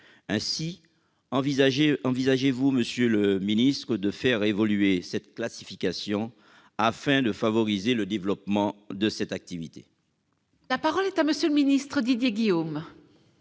Envisagez-vous, monsieur le ministre, de faire évoluer cette classification, afin de favoriser le développement de cette activité ? La parole est à M. le ministre. Monsieur le